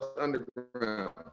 underground